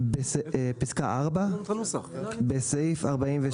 בסעיף 46, סעיף קטן (ג) בטל, בסעיף 49(א),